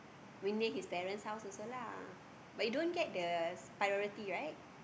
very near his parents' house also lah but you don't the priority right